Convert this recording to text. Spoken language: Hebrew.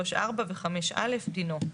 34 ו-5(א) דינו".